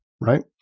right